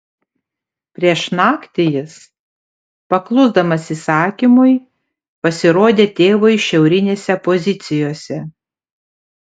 prieš naktį jis paklusdamas įsakymui pasirodė tėvui šiaurinėse pozicijose